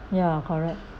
ya correct